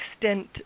extent